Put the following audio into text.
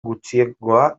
gutxiengoa